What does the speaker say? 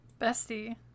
Bestie